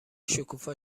شکوفا